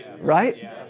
right